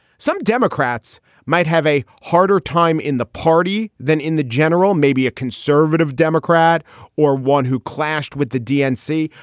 some democrats might have a harder time in the party than in the general, maybe a conservative democrat or one who clashed with the dnc.